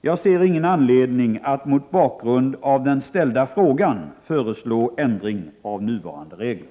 Jag ser ingen anledning att mot bakgrund av den ställda frågan föreslå ändring av nuvarande regler.